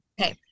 Okay